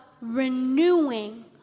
renewing